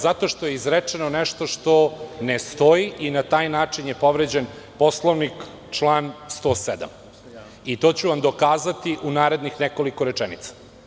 Zato što je izrečeno nešto što ne stoji i na taj način je povređen Poslovnik, član 107. i to ću vam dokazati u narednih nekoliko rečenica.